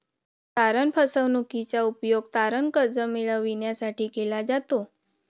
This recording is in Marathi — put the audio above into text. तारण फसवणूकीचा उपयोग तारण कर्ज मिळविण्यासाठी केला जातो